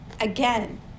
Again